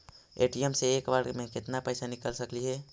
ATM से एक बार मे केत्ना पैसा निकल सकली हे?